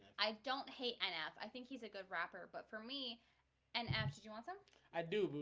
i don't hate enough i think he's a good rapper. but for me and after do you want some i do?